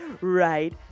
right